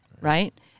Right